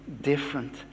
different